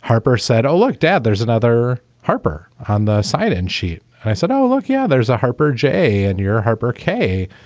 harper said, oh, look, dad, there's another harper on the site. and she and said, oh, look, yeah, there's a harper jay and you're harper k.